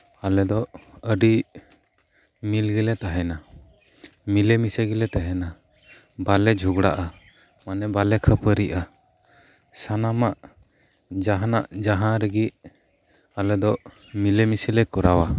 ᱟᱞᱮᱫᱚ ᱟᱹᱰᱤ ᱢᱤᱞᱜᱮᱞᱮ ᱛᱟᱦᱮᱱᱟ ᱢᱤᱞᱮ ᱢᱤᱥᱮ ᱜᱮᱞᱮ ᱛᱟᱦᱮᱱᱟ ᱵᱟᱞᱮ ᱡᱷᱚᱜᱽᱲᱟᱜᱼᱟ ᱢᱟᱱᱮ ᱠᱷᱟᱹᱯᱟᱹᱨᱤᱜᱼᱟ ᱥᱟᱱᱟᱢᱟᱜ ᱡᱟᱦᱟᱱᱟᱜ ᱡᱟᱦᱟᱸ ᱨᱮᱜᱮ ᱟᱞᱮᱫᱚ ᱢᱤᱞᱮ ᱢᱤᱥᱮᱞᱮ ᱠᱚᱨᱟᱣᱟ